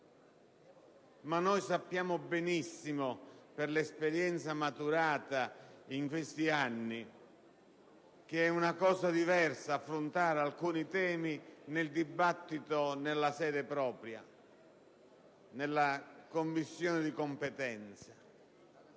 ma noi sappiamo benissimo, per l'esperienza maturata in questi anni, che è cosa diversa affrontare alcuni temi nel dibattito nella sede propria, nella Commissione di competenza.